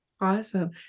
Awesome